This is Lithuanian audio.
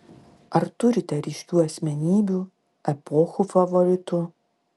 ar turite ryškių asmenybių epochų favoritų